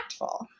impactful